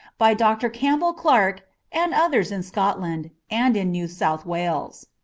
by dr. campbell clark and others in scotland, and in new south wales.